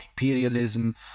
imperialism